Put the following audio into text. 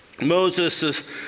Moses